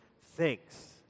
thanks